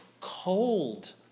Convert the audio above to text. cold